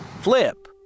Flip